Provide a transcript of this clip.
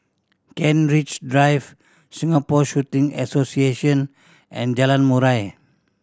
Kent Ridge Drive Singapore Shooting Association and Jalan Murai